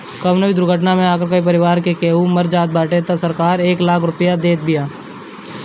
कवनो दुर्घटना में अगर परिवार के केहू मर जात बाटे तअ सरकार एक लाख रुपिया देत बिया